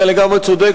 אתה לגמרי צודק,